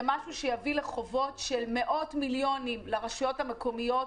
זה יביא לחובות של מאות מיליונים לרשויות המקומיות.